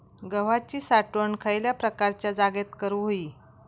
गव्हाची साठवण खयल्या प्रकारच्या जागेत करू होई?